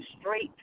straight